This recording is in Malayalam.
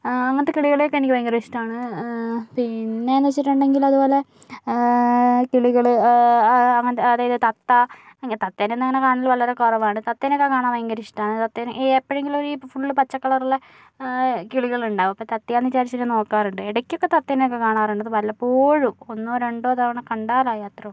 അങ്ങനത്തെ കിളികളെയൊക്കെ എനിക്ക് ഭയങ്കര ഇഷ്ടമാണ് പിന്നെയെന്ന് വച്ചിട്ടുണ്ടെങ്കിൽ അതുപോലെ കിളികൾ അങ്ങനത്തെ അതായത് തത്ത അങ്ങനെ തത്തേനെ ഒന്നും അങ്ങനെ കാണൽ വളരെ കുറവാണ് തത്തേനെയൊക്കെ കാണാൻ ഭയങ്കര ഇഷ്ടമാണ് തത്തേനെ എപ്പോഴെങ്കിലും ഈ ഫുൾ പച്ചക്കളറുള്ള കിളികളുണ്ടാകും അപ്പോൾ തത്തയാണെന്ന് വിചാരിച്ചിട്ട് നോക്കാറുണ്ട് ഇടയ്ക്കൊക്കെ തത്തേനെയൊക്കെ കാണാറുണ്ട് വല്ലപ്പോഴും ഒന്നോ രണ്ടോ തവണ കണ്ടാലായി അത്രയെ ഉള്ളൂ